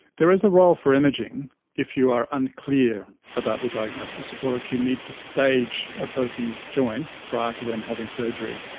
there is a role for imaging if you are unclear about the diagnosis or if you need to stage a person's joint prior to them having surgery.